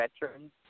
veterans